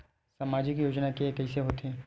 सामाजिक योजना के कइसे होथे?